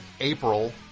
April